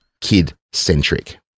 kid-centric